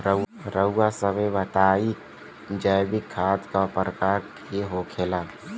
रउआ सभे बताई जैविक खाद क प्रकार के होखेला?